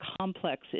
complex